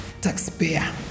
taxpayer